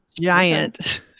giant